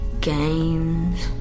games